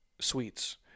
sweets